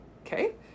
Okay